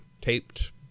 taped